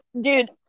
dude